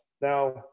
Now